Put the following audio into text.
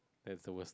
that's the worst